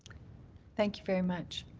thank you very much.